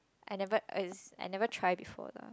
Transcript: I never is I never try before lah